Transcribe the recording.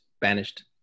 banished